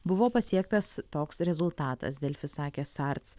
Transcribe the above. buvo pasiektas toks rezultatas delfi sakė sarts